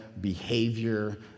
behavior